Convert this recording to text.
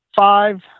five